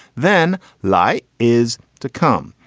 then lie is to come.